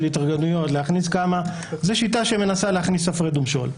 התארגנויות זו שיטה שמנסה להכניס "הפרד ומשול".